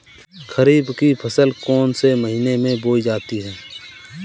खरीफ की फसल कौन से महीने में बोई जाती है?